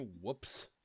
Whoops